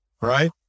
right